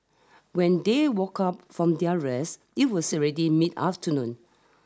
when they woke up from their rest it was already mid afternoon